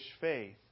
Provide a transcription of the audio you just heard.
faith